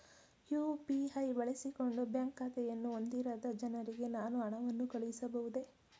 UPI ಬಳಸಿಕೊಂಡು bank ಖಾತೆಯನ್ನು ಹೊಂದಿರದ ಜನರಿಗೆ ನಾನು ಹಣವನ್ನು ಕಳುಹಿಸಬಹುದೇ?